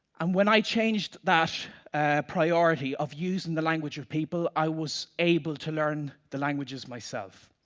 and when i changed that priority of use in the language of people, i was able to learn the languages myself.